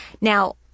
Now